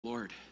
Lord